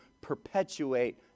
perpetuate